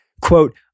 quote